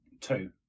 two